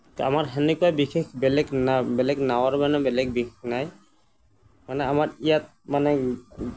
ত' আমাৰ সেনেকুৱা বেলেগ বিশেষ নাওঁ বেলেগ নাৱৰ মানে বেলেগ বিশেষ নাই মানে আমাৰ ইয়াত মানে